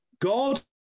God